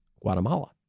Guatemala